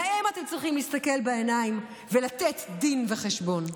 להם אתם צריכים להסתכל בעיניים ולתת דין וחשבון.